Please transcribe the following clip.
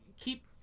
keep